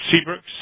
Seabrooks